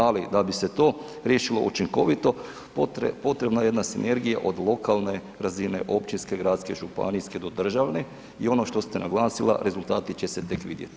Ali da bi se to riješilo učinkovito potrebna je jedna sinergija od lokalne razine općinske, gradske, županijske do državne i ono što ste naglasila rezultati će se tek vidjeti.